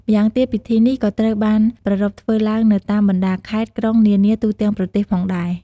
ម៉្យាងទៀតពិធីនេះក៏ត្រូវបានប្រារព្ធធ្វើឡើងនៅតាមបណ្ដាខេត្ត-ក្រុងនានាទូទាំងប្រទេសផងដែរ។